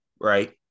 right